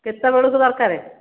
କେତେ ବେଳକୁ ଦରକାର